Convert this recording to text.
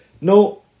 No